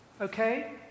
Okay